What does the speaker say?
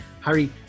Harry